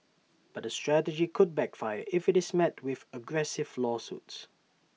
but the strategy could backfire if IT is met with aggressive lawsuits